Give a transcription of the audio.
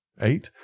eight.